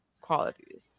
qualities